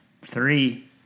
three